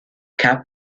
kapp